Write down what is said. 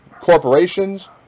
corporations